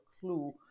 clue